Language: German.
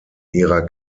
ihrer